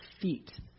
feet